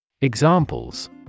Examples